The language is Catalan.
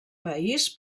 país